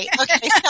Okay